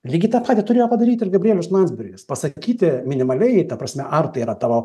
lygiai tą patį turėjo padaryti ir gabrielius landsbergis pasakyti minimaliai ta prasme ar tai yra tavo